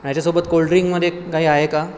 याच्यासोबत कोल्ड्रिंकमध्ये काही आहे का